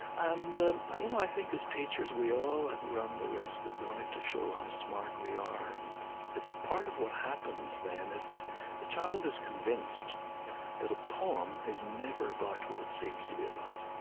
and i you know i think as teachers we all run the risk of wanting to show how smart we are, and it's part of what happens, then, is that the child is convinced that a poem is never about what it seems to be about.